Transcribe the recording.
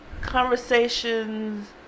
Conversations